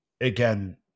Again